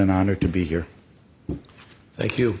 an honor to be here thank you